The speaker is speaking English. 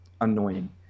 annoying